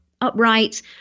upright